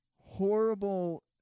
horrible